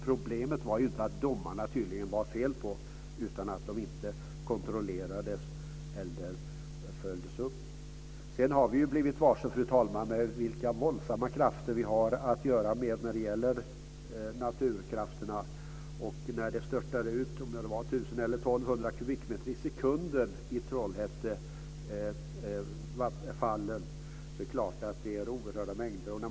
Problemet var tydligen inte felaktiga domar utan att de inte kontrollerades eller följdes upp. Fru talman! Vi har blivit varse vilka våldsamma naturkrafter vi har att göra med. Det är naturligtvis oerhörda mängder med vatten när 1 000-1 200 kubikmeter vatten i sekunden störtar genom Trollhättefallen.